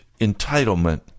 entitlement